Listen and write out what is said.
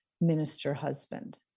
minister-husband